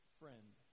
friend